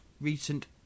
recent